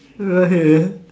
okay